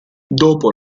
dopo